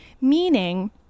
Meaning